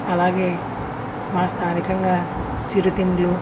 అలాగే మా స్థానికంగా చిరుతిండ్లు